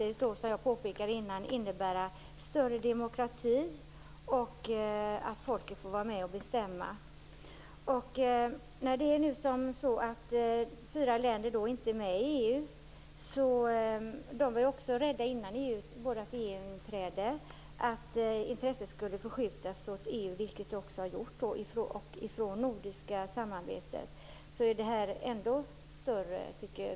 Det skulle samtidigt innebära större demokrati och att folk får vara med och bestämma. Det är fyra länder som inte är med i EU. Innan Sveriges EU-inträde var vi rädda för att intresset skulle förskjutas från det nordiska samarbetet mot EU, vilket också har skett.